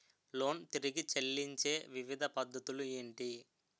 Loan తిరిగి చెల్లించే వివిధ పద్ధతులు ఏంటి?